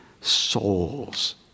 souls